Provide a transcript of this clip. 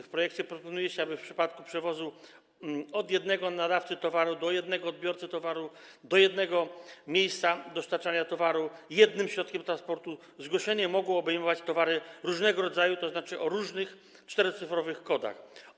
W projekcie proponuje się, aby w przypadku przewozu od jednego nadawcy towaru do jednego odbiorcy towaru, do jednego miejsca dostarczania towaru, jednym środkiem transportu, zgłoszenie mogło obejmować towary różnego rodzaju, tzn. o różnych czterocyfrowych kodach.